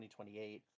2028